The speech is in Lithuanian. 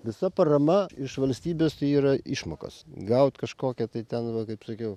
visa parama iš valstybės tai yra išmokos gaut kažkokią tai ten va kaip sakiau